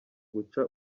guca